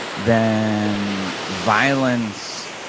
then violence